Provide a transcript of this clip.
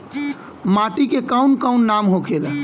माटी के कौन कौन नाम होखेला?